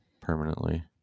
permanently